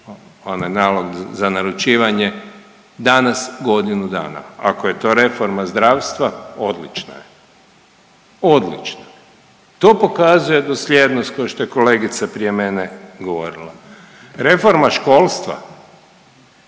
onaj nalog za naručivanje, danas godinu dana, ako je to reforma zdravstva odlična je, odlična, to pokazuje dosljednost košto je kolegica prije mene govorila. Reforma školstva,